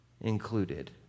included